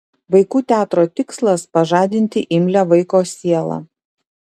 vaikų teatro tikslas pažadinti imlią vaiko sielą